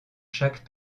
chaque